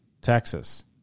Texas